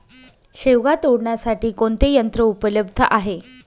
शेवगा तोडण्यासाठी कोणते यंत्र उपलब्ध आहे?